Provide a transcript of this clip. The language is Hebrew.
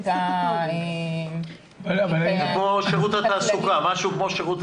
משהו כמו שירות התעסוקה.